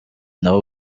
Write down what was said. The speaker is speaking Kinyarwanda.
nabo